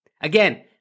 Again